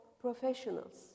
professionals